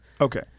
Okay